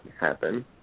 happen